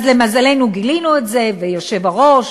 אז למזלנו גילינו את זה, והיושב-ראש